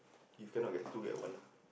if cannot get two get one ah